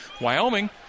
Wyoming